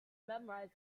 memorize